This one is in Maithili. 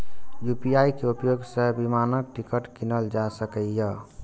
यू.पी.आई के उपयोग सं विमानक टिकट कीनल जा सकैए